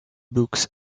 books